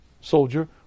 soldier